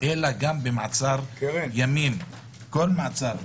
אלא גם במעצר ימים, כל מעצר,